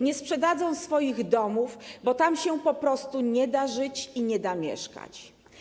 Nie sprzedadzą swoich domów, bo tam się po prostu nie da żyć, mieszkać.